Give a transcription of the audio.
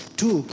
two